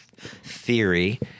theory